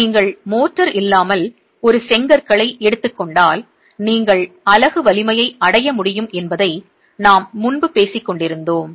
நீங்கள் மோர்டார் இல்லாமல் ஒரு செங்கற்களை எடுத்துக்கொண்டால் நீங்கள் அலகு வலிமையை அடைய முடியும் என்பதை நாம் முன்பு பேசிக்கொண்டிருந்தோம்